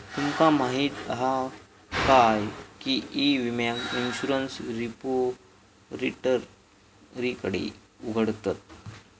तुमका माहीत हा काय की ई विम्याक इंश्युरंस रिपोजिटरीकडे उघडतत